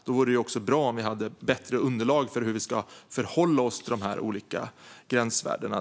Det vore bra om vi hade bättre underlag för hur vi ska förhålla oss till de olika gränsvärdena.